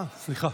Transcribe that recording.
אה, סליחה.